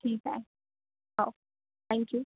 ठीक आहे हो थँक्यू